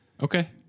okay